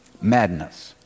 Madness